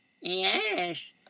Yes